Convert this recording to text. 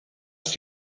ist